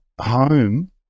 home